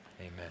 Amen